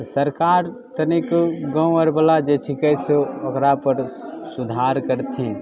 तऽ सरकार तऽ नहि कही गाँव आर बला जे छिकै से ओकरा पर सुधार करथिन